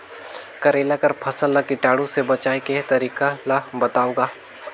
करेला कर फसल ल कीटाणु से बचाय के तरीका ला बताव ग?